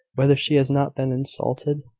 whether she has not been insulted?